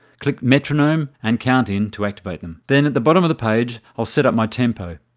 click metronome and count in to activate them. then at the bottom of the page i'll set up my tempo.